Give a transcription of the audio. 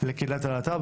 לקהילת הלהט"ב,